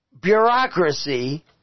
bureaucracy